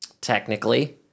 Technically